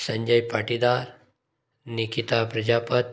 Sanjay Patidar Nikita Prajapati